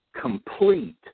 complete